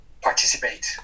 Participate